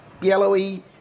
yellowy